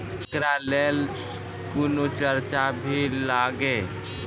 एकरा लेल कुनो चार्ज भी लागैये?